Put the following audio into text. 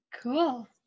Cool